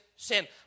Sin